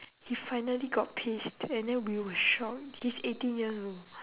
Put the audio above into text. he finally got pissed and then we were shock he's eighteen years old